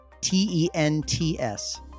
T-E-N-T-S